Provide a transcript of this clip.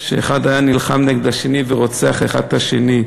אחד היה נלחם נגד השני ואחד היה רוצח את השני.